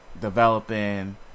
developing